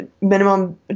minimum